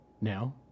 Now